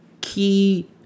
key